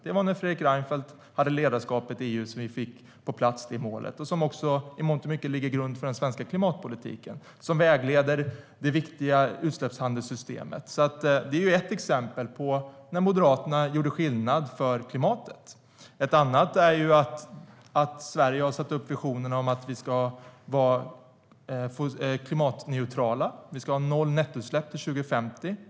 Det var när Fredrik Reinfeldt hade ledarskapet i EU som vi fick det målet på plats. Det målet ligger i mångt och mycket också till grund för den svenska klimatpolitiken som vägleder det viktiga utsläppshandelssystemet. Det är alltså ett exempel på när Moderaterna gjorde skillnad för klimatet. Ett annat är att Sverige har satt upp visionen om att vi ska vara klimatneutrala och alltså ha noll nettoutsläpp till 2050.